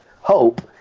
hope